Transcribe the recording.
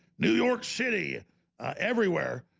new york city everywhere,